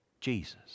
Jesus